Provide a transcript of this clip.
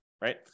right